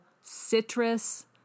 citrus